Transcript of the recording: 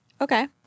Okay